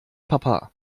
papa